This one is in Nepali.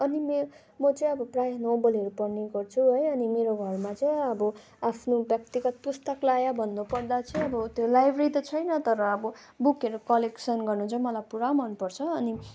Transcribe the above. अनि मेरो म चाहिँ अब प्रायः नोभलहरू पढ्ने गर्छु है अनि मेरो घरमा चाहिँ अब आफ्नो व्यक्तिगत पुस्तकालय भन्नु पर्दा चाहिँ अब त्यो लाइब्रेरी त छैन तर अब बुकहरू कलेक्सन गर्नु चाहिँ मलाई पुरा मन पर्छ अनि